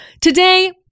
Today